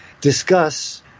discuss